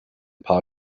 paar